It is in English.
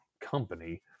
company